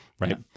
Right